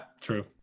true